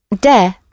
De